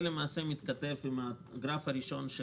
זה מתכתב עם הגרף הראשון.